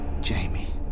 Jamie